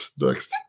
Next